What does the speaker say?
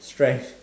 strength